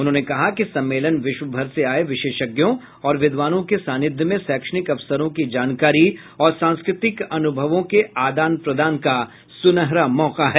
उन्होंने कहा कि सम्मेलन विश्वभर से आये विशेषज्ञों और विद्वानों के सान्निध्य में शैक्षणिक अवसरों की जानकारी और सांस्कृतिक अनुभवों के आदान प्रदान का सुनहरा मौका है